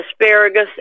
asparagus